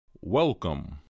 Welcome